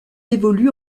évolue